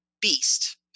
beast